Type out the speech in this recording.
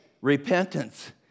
repentance